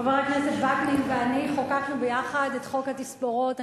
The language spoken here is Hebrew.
חבר הכנסת וקנין ואני חוקקנו ביחד את חוק התספורות.